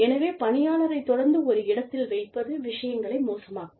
எனவே பணியாளரைத் தொடர்ந்து ஒரு இடத்தில் வைப்பது விஷயங்களை மோசமாக்கும்